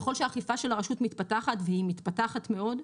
ככל שהאכיפה של הרשות מתפתחת, והיא מתפתחת מאוד,